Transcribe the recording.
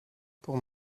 pour